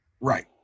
Right